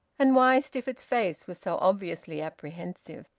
and why stifford's face was so obviously apprehensive.